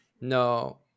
No